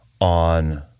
on